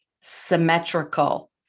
symmetrical